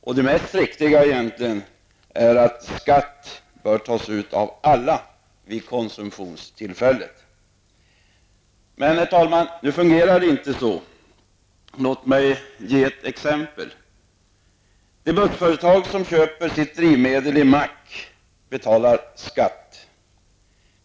Jag anser att det riktiga är att skatt tas ut av alla vid konsumtionstillfället. Nu fungerar det emellertid inte så, och jag skall ta ett exempel för att visa det. Det bussföretag som köper sina drivmedel på en mack betalar skatt.